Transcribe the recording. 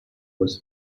was